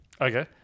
Okay